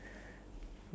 ya